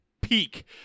peak